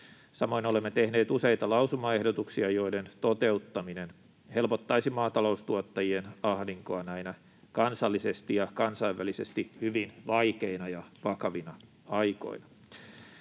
Samoin olemme tehneet useita lausumaehdotuksia, joiden toteuttaminen helpottaisi maataloustuottajien ahdinkoa näinä kansallisesti ja kansainvälisesti hyvin vaikeina ja vakavina aikoina.